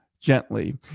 gently